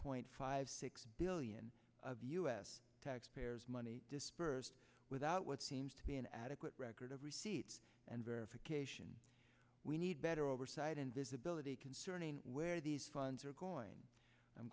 point five six billion of us taxpayers money disbursed without what seems to be an adequate record of receipts and verification we need better oversight and visibility concerning where these funds are going i'm